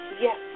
yes